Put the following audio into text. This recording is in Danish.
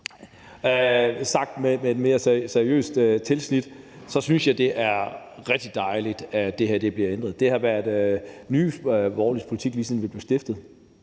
Sagt med et mere seriøs tilsnit synes jeg, det er rigtig dejligt, at det her bliver ændret. Det har været Nye Borgerliges politik, lige siden vi blev stiftet,